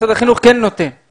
משרד החינוך כן נותן,